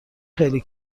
خیلی